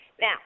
Now